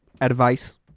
advice